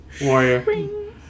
Warrior